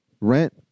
rent